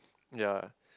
ya